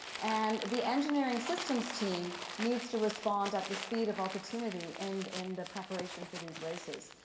and the engineering systems team needs to respond at the speed of opportunity and in the preparation for these races.